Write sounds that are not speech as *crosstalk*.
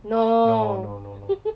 no *noise*